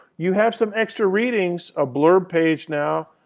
you have some extra readings, a blurb page now,